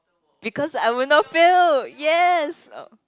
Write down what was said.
because I will not fail yes